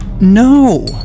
No